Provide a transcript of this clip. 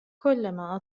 كلما